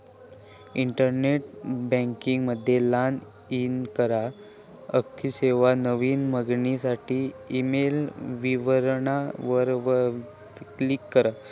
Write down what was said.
internet banking मध्ये log in करा, आणखी सेवा, नवीन मागणीसाठी ईमेल विवरणा वर क्लिक करा